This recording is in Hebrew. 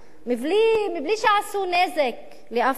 בלי שעשו נזק לאף איש.